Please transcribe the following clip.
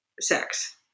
sex